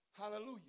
hallelujah